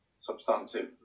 substantive